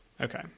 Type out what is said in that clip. Okay